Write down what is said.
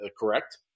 correct